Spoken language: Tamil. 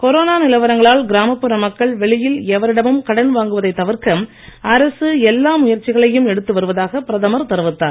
கொரோனா நிலவரங்களால் கிராமப்புற மக்கள் வெளியில் எவரிடமும் கடன் வாங்குவதைத் தவிர்க்க அரசு எல்லா முயற்சிகளையும் எடுத்து வருவதாக பிரதமர் தெரிவித்தார்